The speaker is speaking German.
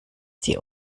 die